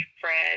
Fred